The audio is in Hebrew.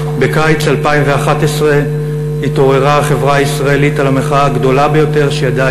בקיץ 2011 התעוררה החברה הישראלית אל המחאה הגדולה ביותר שידעה